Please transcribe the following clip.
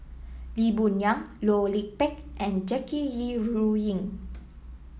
Lee Boon Yang Loh Lik Peng and Jackie Yi Ru Ying